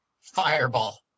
Fireball